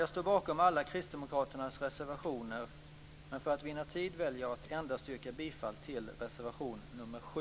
Jag står bakom alla kristdemokraternas reservationer, men för att vinna tid väljer jag att yrka bifall endast till reservation nr 7.